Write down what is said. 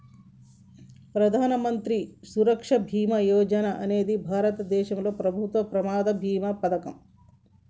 ప్రధాన మంత్రి సురక్ష బీమా యోజన అనేది భారతదేశంలో ప్రభుత్వం ప్రమాద బీమా పథకం